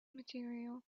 material